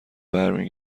برمی